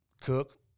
cook